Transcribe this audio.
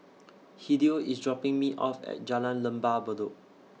Hideo IS dropping Me off At Jalan Lembah Bedok